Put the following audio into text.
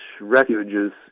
refuges